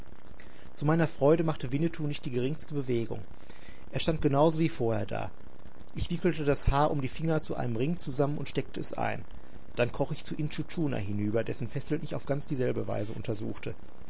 zu meiner freude machte winnetou nicht die geringste bewegung er stand genau so wie vorher da ich wickelte das haar um die finger zu einem ring zusammen und steckte es ein dann kroch ich zu intschu tschuna hinüber dessen fesseln ich auf ganz dieselbe weise untersuchte